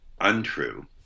untrue